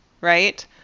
right